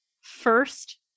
first